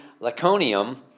Laconium